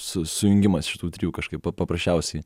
su sujungimas šitų trijų kažkaip pa paprasčiausiai